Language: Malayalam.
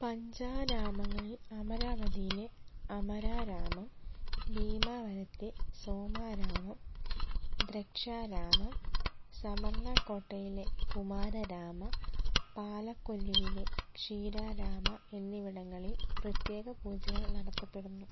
പഞ്ചാരാമങ്ങളിൽ അമരാവതിയിലെ അമരാ രാമം ഭീമാവരത്തെ സോമാ രാമം ദ്രക്ഷാ രാമം സമർല കോട്ടയിലെ കുമാര രാമം പാലകൊല്ലുവിലെ ക്ഷീരാരാമ എന്നിവിടങ്ങളിൽ പ്രത്യേക പൂജകൾ നടത്തപ്പെടുന്നു